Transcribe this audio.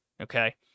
Okay